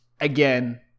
again